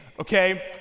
okay